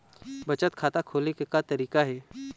बचत खाता खोले के का तरीका हे?